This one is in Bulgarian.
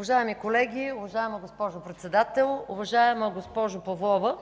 Уважаеми колеги, уважаема госпожо Председател! Уважаема госпожо Павлова,